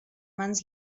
mans